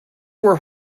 were